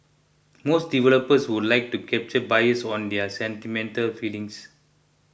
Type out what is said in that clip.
most developers would like to capture buyers on their sentimental feelings